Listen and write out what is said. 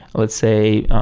let's say,